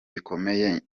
bikomeye